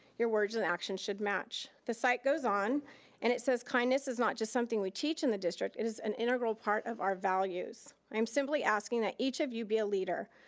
your words and actions should match. the site goes on and it says kindness is not just something we teach in the district. it is an integral part of our values. i am simply asking that each of you be a leader.